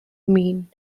mean